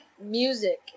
Music